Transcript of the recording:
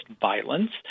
violence